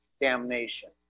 damnation